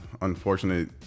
unfortunate